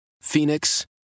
Phoenix